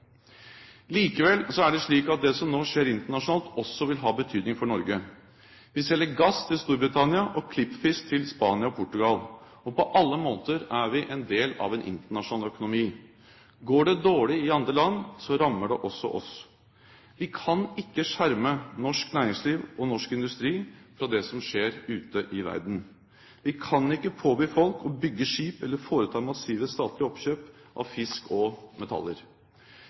Likevel er det slik at det som nå skjer internasjonalt, også vil ha betydning for Norge. Vi selger gass til Storbritannia og klippfisk til Spania og Portugal. På alle måter er vi en del av en internasjonal økonomi. Går det dårlig i andre land, rammer det også oss. Vi kan ikke skjerme norsk næringsliv og norsk industri fra det som skjer ute i verden. Vi kan ikke påby folk å bygge skip eller foreta massive statlige oppkjøp av fisk og metaller.